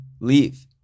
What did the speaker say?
Leave